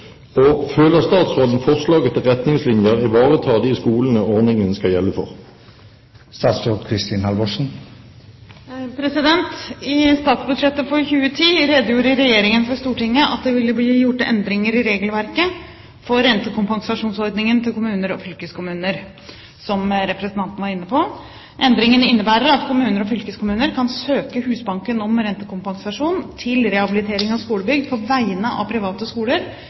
og føler statsråden forslaget til retningslinjer ivaretar de skolene ordningen skal gjelde for?» I statsbudsjettet for 2010 redegjorde Regjeringen for Stortinget om at det ville bli gjort endringer i regelverket for rentekompensasjonsordningen til kommuner og fylkeskommuner. Som representanten var inne på, innebærer endringen at kommuner og fylkeskommuner kan søke Husbanken om rentekompensasjon til rehabilitering av skolebygg, på vegne av private skoler